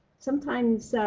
sometimes